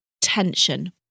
tension